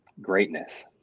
Greatness